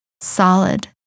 solid